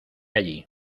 allí